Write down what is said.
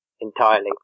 entirely